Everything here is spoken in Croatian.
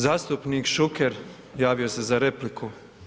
Zastupnik Šuker javio se za repliku.